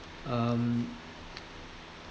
um